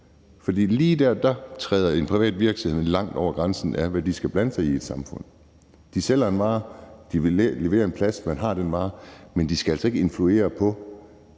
For lige dér træder en privat virksomhed langt over grænsen af, hvad de skal blande sig i i et samfund. De sælger en vare, de leverer en plads, og man har den vare, men de skal altså ikke influere på,